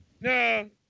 No